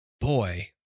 boy